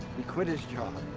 he quit his job,